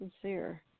sincere